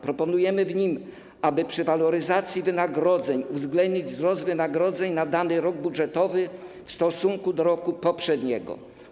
Proponujemy w nim, aby przy waloryzacji wynagrodzeń uwzględnić wzrost wynagrodzeń na dany rok budżetowy w stosunku do roku poprzedniego.